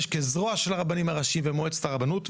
כזרוע של הרבנים הראשי ושל מועצת הרבנות,